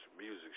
Music